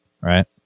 right